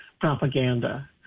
propaganda